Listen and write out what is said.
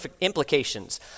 implications